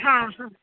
हां हां